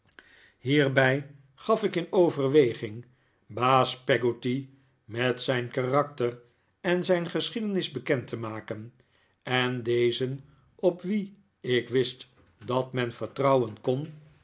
hierbij gaf ik in overweging baas peggotty met zijn karakter en zijn geschiedenis bekend te maken en dezen op wien ik wist dat men vertrouwen kon